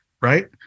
Right